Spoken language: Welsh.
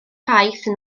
price